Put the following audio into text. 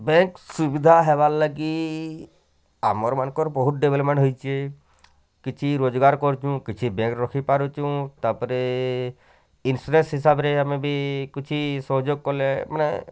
bank ସୁବିଧା ହେବାର୍ ଲାଗି ଆମର୍ ମାନଙ୍କର୍ ବହୁତ୍ ଡ଼େଭଲପମେଣ୍ଟ୍ ହେଇଛି କିଛି ରୋଜଗାର୍ କରୁଛୁଁ କିଛି ବ୍ୟାଙ୍କ୍ରେ ରଖିପାରୁଛୁଁ ତା'ପରେ ଇନ୍ସ୍ୟୁରାନ୍ସ୍ ହିସାବରେ ଆମେ ବି କିଛି ସହଯୋଗ୍ କଲେ ମାନେ